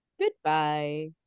Goodbye